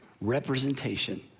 representation